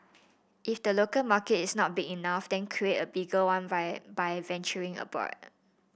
if the local market is not big enough then create a bigger one via by venturing abroad